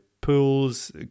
pool's